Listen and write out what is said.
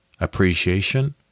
appreciation